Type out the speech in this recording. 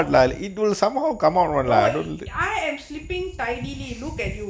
no I am sleeping tiredly look at you